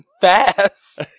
fast